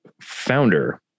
founder